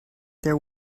there